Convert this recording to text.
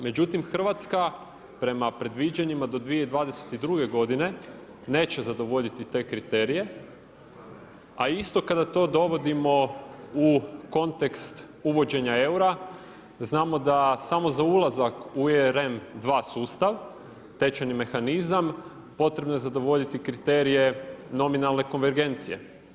Međutim Hrvatska prema predviđanjima do 2022. godine neće zadovoljiti te kriterije, a isto kada to dovodimo u kontekst uvođenja eura znamo da samo za ulazak u UEREM dva sustav tečajni mehanizam potrebno je zadovoljiti kriterije nominalne konvergencije.